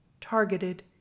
targeted